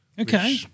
Okay